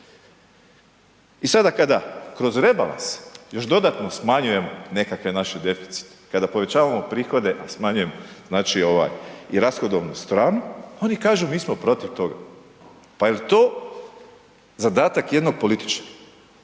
I sada kada kroz rebalans još dodatno smanjujemo nekakve naše deficite, kada povećamo prihode a smanjujemo i rashodovnu stranu oni kažu mi smo protiv toga. Pa jel to zadatak jednog političara